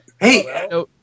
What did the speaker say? Hey